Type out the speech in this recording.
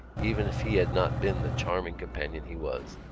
even if he had not been the charming companion he was.